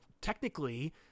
technically